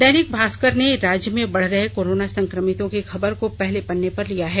दैनिक भास्कर ने राज्य में बढ़ रहे कोरोना संक्रमितों की खबर को पहले पन्ने पर लिया है